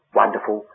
wonderful